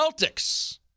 Celtics